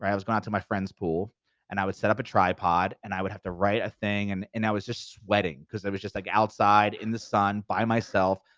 i was going out to my friend's pool and i would set up a tripod and i would have to write a thing and and i was just sweating cause i was just like outside, in the sun, by myself.